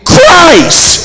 Christ